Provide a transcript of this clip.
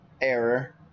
error